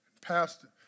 pastor